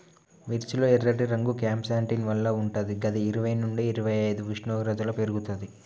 మిర్చి లో ఎర్రటి రంగు క్యాంప్సాంటిన్ వల్ల వుంటది గిది ఇరవై నుండి ఇరవైఐదు ఉష్ణోగ్రతలో పెర్గుతది